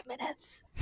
minutes